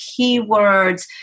keywords